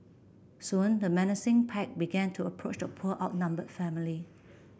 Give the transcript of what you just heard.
soon the menacing pack began to approach the poor outnumbered family